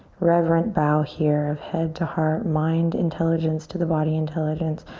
reverent bow here of head to heart. mind intelligence to the body intelligence.